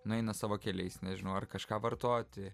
nueina savo keliais nežinau ar kažką vartoti